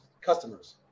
customers